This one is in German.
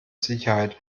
sicherheit